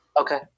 Okay